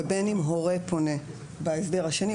ובין אם הורה פונה בהסדר השני,